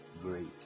great